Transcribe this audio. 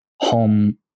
home